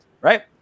Right